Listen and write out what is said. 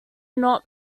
not